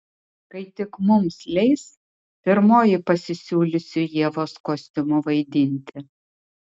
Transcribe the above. kai tik mums leis pirmoji pasisiūlysiu ievos kostiumu vaidinti